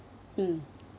mm